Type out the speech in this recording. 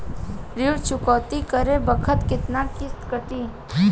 ऋण चुकौती करे बखत केतना किस्त कटी?